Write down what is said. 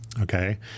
Okay